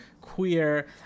queer